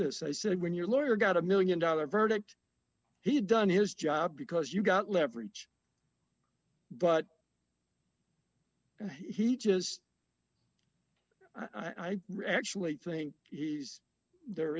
this i said when your lawyer got a one million dollar verdict he had done his job because you got leverage but he just i'm actually think he's there